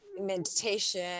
meditation